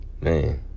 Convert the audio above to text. Man